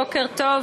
בוקר טוב,